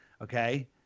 okay